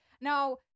Now